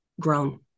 grown